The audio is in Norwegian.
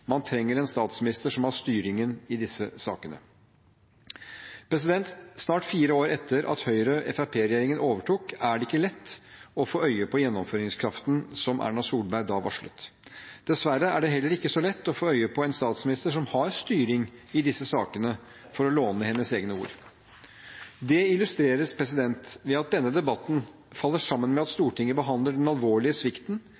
Man trenger en statsminister som har styringen i disse sakene.» Snart fire år etter at Høyre–Fremskrittsparti-regjeringen overtok, er det ikke lett å få øye på gjennomføringskraften som Erna Solberg da varslet. Dessverre er det heller ikke så lett å få øye på en statsminister som har styring i disse sakene, for å låne hennes egne ord. Det illustreres ved at denne debatten faller sammen med at